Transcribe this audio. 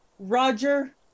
Roger